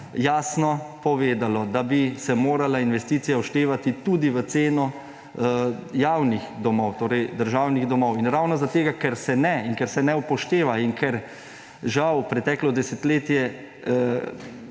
jasno povedalo, da bi se morala investicija vštevati tudi v ceno javnih domov, torej državnih domov. In ravno zaradi tega, ker se ne in ker se ne upošteva in ker žal preteklo desetletje